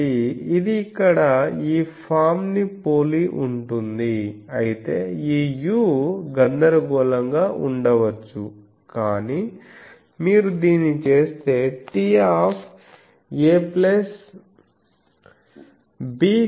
కాబట్టి ఇది ఇక్కడ ఈ ఫామ్ ను పోలి ఉంటుంది అయితే ఈ u గందరగోళంగా ఉండవచ్చు కాని మీరు దీన్ని చేస్తే Ta bcos2a2b2